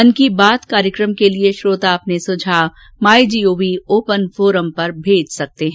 मन की बात कार्यकम के लिये श्रोता अपने सुझाव माई जीओवी ओपन फोरम पर मेज सकते है